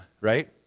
right